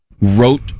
wrote